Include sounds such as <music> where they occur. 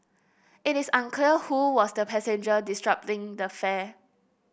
it is unclear who was the passenger <unintelligible> the fare